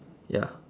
ya